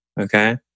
okay